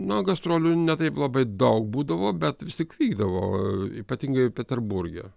na gastrolių ne taip labai daug būdavo bet vis tik vykdavo ypatingai peterburge